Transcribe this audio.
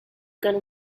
gonna